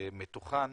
ומתוכם